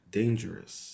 dangerous